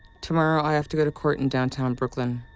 tomorrow, i have to go to court in downtown brooklyn,